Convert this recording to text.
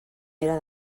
era